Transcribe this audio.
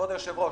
כבוד היושב-ראש.